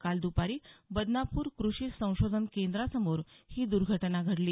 काल दुपारी बदनापूर कृषी संशोधन केंद्रासमोर ही दुर्घटना घडली